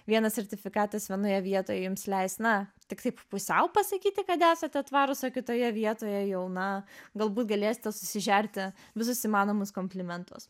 vienas sertifikatas vienoje vietoje jiems leis na tik taip pusiau pasakyti kad esate tvarūs o kitoje vietoje jau na galbūt galėsite susižerti visus įmanomus komplimentus